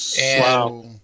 Wow